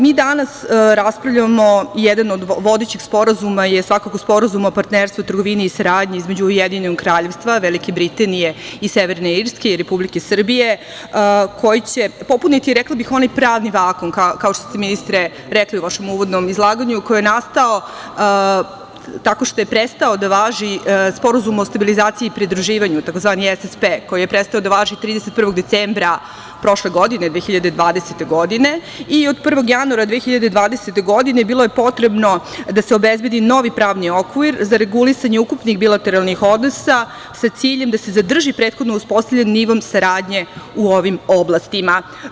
Mi danas raspravljamo i jedan od vodećih sporazuma je svakako Sporazum o partnerstvu, trgovini i saradnji između Ujedinjenog Kraljevstva Velike Britanije i Severne Irske i Republike Srbije koji će popuniti, rekla bih, onaj pravni vakuum, kao što ste, ministre, rekli u vašem uvodnom izlaganju, koji je nastao tako što je prestao da važi Sporazum o stabilizaciji i pridruživanju, tzv. SSP, koji je prestao da važi 31. decembra prošle godine, 2020. godine, i od 1. januara 2021. godine bilo je potrebno da se obezbedi novi pravni okvir za regulisanje ukupnih bilateralnih odnosa sa ciljem da se zadrži prethodno uspostavljeni nivo saradnje u ovim oblastima.